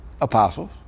apostles